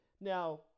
Now